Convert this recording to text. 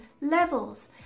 levels